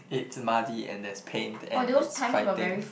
it's muddy and there's paint and it's fighting